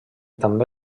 també